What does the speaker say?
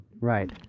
Right